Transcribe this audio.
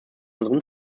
unseren